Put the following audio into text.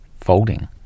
folding